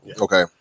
Okay